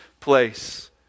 place